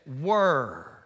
word